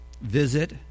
visit